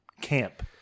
camp